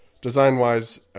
design-wise